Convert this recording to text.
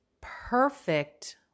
perfect